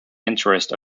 interest